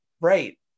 Right